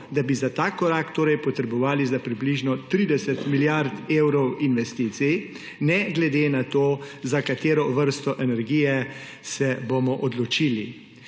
da bi za tak korak torej potrebovali za približno 30 milijard evrov investicij, ne glede na to, za katero vrsto energije se bomo odločili.